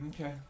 Okay